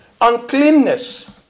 uncleanness